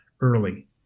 early